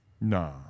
Nah